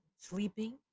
sleeping